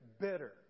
Bitter